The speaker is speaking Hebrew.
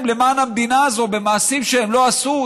למען המדינה הזאת במעשים שהם לא עשו?